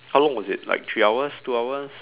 how long was it like three hours two hours